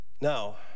Now